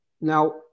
now